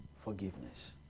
forgiveness